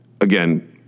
Again